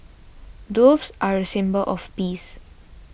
doves are a symbol of peace